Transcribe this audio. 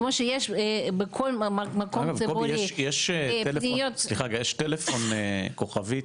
קובי, יש טלפון כוכבית?